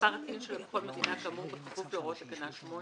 ומספר ה-TIN שלה בכל מדינה כאמור בכפוף להוראות תקנה 8,